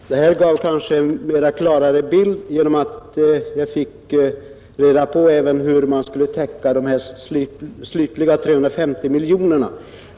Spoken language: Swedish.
Fru talman! Det här gav kanske en klarare bild, eftersom jag fick reda på hur man skulle täcka även de 350 miljonerna.